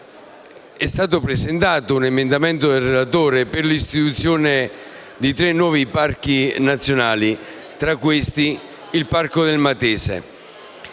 è stato presentato un emendamento del relatore per l'istituzione di tre nuovi parchi nazionali, tra cui il parco del Matese.